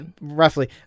roughly